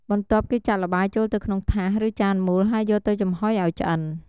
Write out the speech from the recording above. បន្ទាប់គេចាក់ល្បាយចូលទៅក្នុងថាស ឬចានមូល ហើយយកទៅចំហុយឱ្យឆ្អិន។